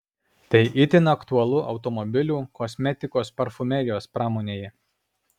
tai itin aktualu automobilių kosmetikos parfumerijos pramonėje